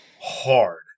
hard